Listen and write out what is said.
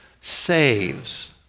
saves